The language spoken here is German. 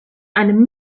einem